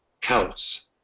counts